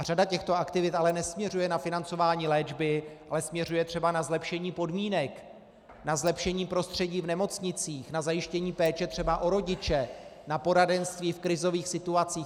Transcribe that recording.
Řada těchto aktivit nesměřuje na financování léčby, ale směřuje třeba na zlepšení podmínek, na zlepšení prostředí v nemocnicích, na zajištění péče třeba o rodiče, na poradenství v krizových situacích.